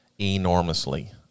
enormously